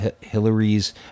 Hillary's